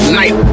night